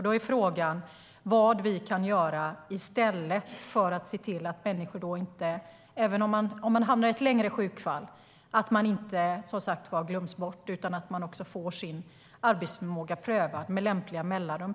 Då är frågan vad vi kan göra i stället så att människor inte glöms bort om de hamnar i längre sjukdom utan får sin arbetsförmåga prövad med lämpliga mellanrum.